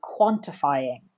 quantifying